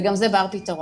וגם זה בר פתרון.